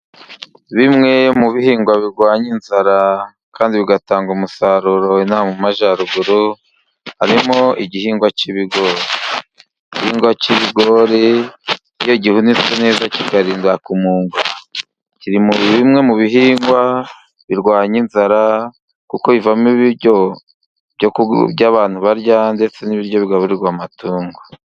Bimwe mu bihingwa birwanya inzara kandi bigatanga umusaruro ino aha mu majyaruguru, harimo igihingwa cy'ibigori. Igihingwa cy'ibigori iyo gihunitse neza kikarindwa kumungwa, Kiri muri bimwe mu bihingwa birwanya inzara kuko kivamo ibyo abantu barya, ndetse n'ibiryo bigaburirwa amatungo.